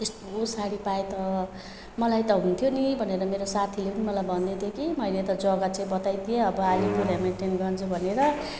त्यस्तो साडी पाए त मलाई त हुन्थ्यो नि भनेर मेरो साथीले पनि मलाई भन्दैथियो कि मैले जग्गा चाहिँ बताइदिएँ अब आलिपुर हेमिल्टनगन्ज भनेर